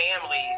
families